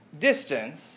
distance